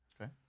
Okay